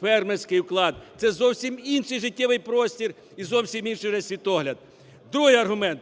Фермерський уклад – це зовсім інший життєвий простір і зовсім інший вже світогляд. Другий аргумент.